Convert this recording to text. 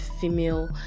female